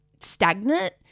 stagnant